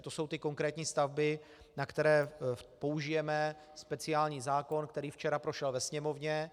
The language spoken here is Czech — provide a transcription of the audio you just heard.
To jsou ty konkrétní stavby, na které použijeme speciální zákon, který včera prošel ve Sněmovně.